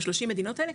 בשלושים מדינות האלה,